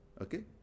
okay